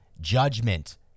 Judgment